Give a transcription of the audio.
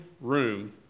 room